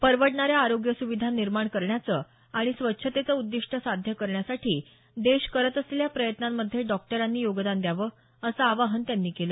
परवडणाऱ्या आरोग्य सुविधा निर्माण करण्याचं आणि स्वच्छतेचं उद्दिष्ट साध्य करण्यासाठी देश करत असलेल्या प्रयत्नांमध्ये डॉक्टरांनी योगदान द्यावं असं आवाहन त्यांनी केलं